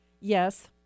yes